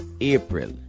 April